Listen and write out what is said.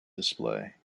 display